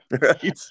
Right